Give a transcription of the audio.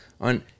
on